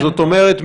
זאת אומרת,